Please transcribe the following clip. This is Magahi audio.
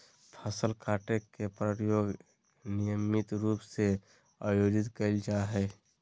फसल काटे के प्रयोग नियमित रूप से आयोजित कइल जाय हइ